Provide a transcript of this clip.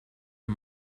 and